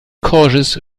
causes